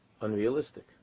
unrealistic